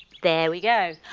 there we go,